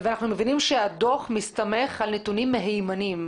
ואנחנו מבינים שהדוח מסתמך על נתונים מהימנים.